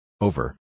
Over